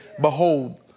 Behold